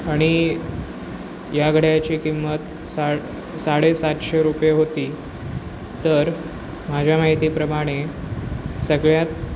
आणि या घड्याळाची किंमत सा साडेसातशे रुपये होती तर माझ्या माहितीप्रमाणे सगळ्यात